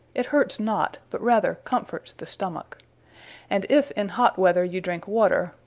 it hurts not, but rather comforts the stomack and if in hot weather you drinke water,